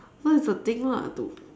what is the thing lah to